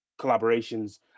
collaborations